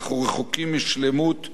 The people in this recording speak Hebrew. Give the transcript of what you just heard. אנחנו רחוקים משלמות.